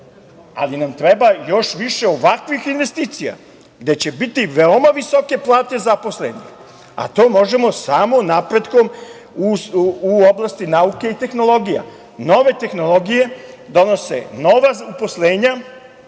ali nam treba još više ovakvih investicija, gde će biti veoma visoke plate zaposlenih, a to možemo samo napretkom u oblasti nauke i tehnologija. Nove tehnologije donose nova uposlenja,